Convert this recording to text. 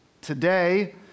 today